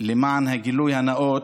למען הגילוי הנאות,